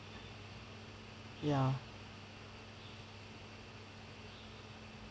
ya